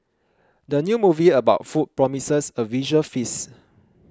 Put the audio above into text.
the new movie about food promises a visual feast